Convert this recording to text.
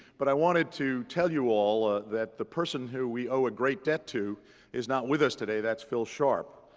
but i wanted to tell you all that the person who we owe a great debt to is not with us today. that's phil sharp.